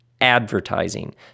advertising